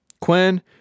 Quinn